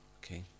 Okay